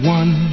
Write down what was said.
one